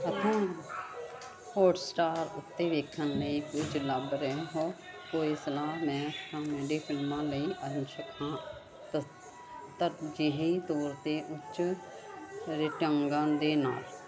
Hotstar ਉੱਤੇ ਵੇਖਣ ਲਈ ਕੁਝ ਲੱਭ ਰਹੇ ਹੋ ਕੋਈ ਸਲਾਹ ਮੈਂ ਕਾਮੇਡੀ ਫਿਲਮਾਂ ਲਈ ਅੰਸ਼ਕ ਹਾਂ ਤ ਤਰਜੀਹੀ ਤੌਰ 'ਤੇ ਉੱਚ ਰੇਟਿੰਗਾਂ ਦੇ ਨਾਲ